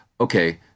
okay